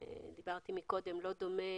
אמרתי קודם שלא דומה